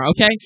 okay